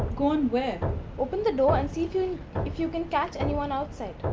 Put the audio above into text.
go on where. open the door and see if you and if you can catch anyone outside.